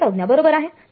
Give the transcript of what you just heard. दुसरी संज्ञा बरोबर आहे